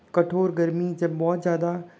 कठोर गर्मी जब बहुत ज़्यादा